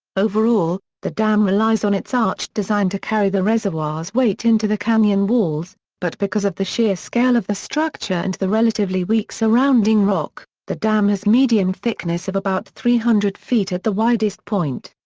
overall, the dam relies on its arched design to carry the reservoir's weight into the canyon walls, but because of the sheer scale of the structure and the relatively weak surrounding rock, the dam has medium thickness of about three hundred feet at the widest point.